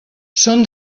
són